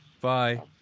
Bye